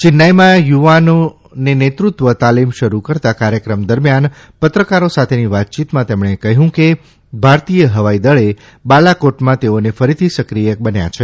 ચેન્નાઇમાં યુવાને નેતૃત્વ તાલીમ શરૂ કરતા કાર્યક્રમ દરમિથાન પત્રકારો સાથેની વાતયીતમાં તેમણે કહ્યું કે ભારતીય હવાઇદળે બાલાકોટમાં તેઓને ફરીથી સક્રિય બન્યાં છે